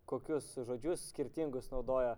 kokius žodžius skirtingus naudoja